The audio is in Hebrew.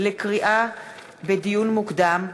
לדיון מוקדם,